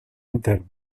enter